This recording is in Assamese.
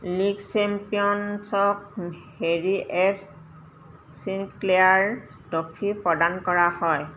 লীগ চেম্পিয়নছক হেৰী এফ ফিনকেয়াৰ ট্ৰফী প্ৰদান কৰা হয়